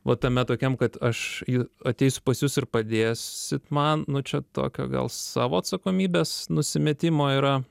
va tame tokiam kad aš juk ateisiu pas jus ir padės man nu čia tokio gal savo atsakomybės nusimetimo yra